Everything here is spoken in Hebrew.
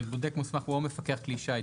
בודק מוסמך או מפקח כלי שיט.